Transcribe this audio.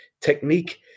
technique